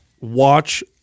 watch